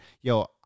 Yo